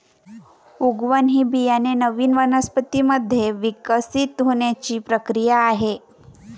उगवण ही बियाणे नवीन वनस्पतीं मध्ये विकसित होण्याची प्रक्रिया आहे